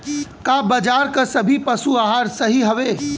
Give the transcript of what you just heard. का बाजार क सभी पशु आहार सही हवें?